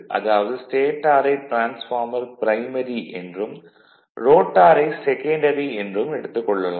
அதாவது ஸ்டேடாரை transformer primary என்றும் ரோட்டாரை செகன்டரி என்றும் எடுத்துக் கொள்ளலாம்